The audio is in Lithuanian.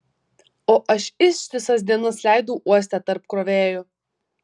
o aš ištisas dienas leidau uoste tarp krovėjų